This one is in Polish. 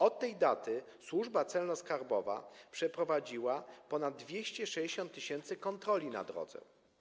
Od tej daty Służba Celno-Skarbowa przeprowadziła ponad 260 tys. kontroli na drodze.